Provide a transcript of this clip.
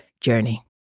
journey